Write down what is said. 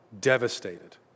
devastated